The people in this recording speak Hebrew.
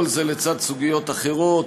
כל זה לצד סוגיות אחרות.